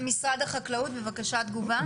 משרד החקלאות, בבקשה, תגובה.